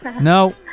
No